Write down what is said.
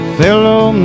fellow